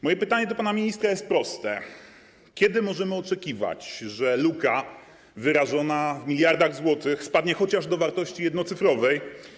Moje pytanie do pana ministra jest proste: Kiedy możemy oczekiwać, że luka wyrażona w miliardach złotych spadnie chociaż do wartości jednocyfrowej?